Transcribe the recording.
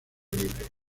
libre